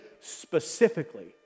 specifically